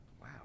Wow